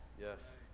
yes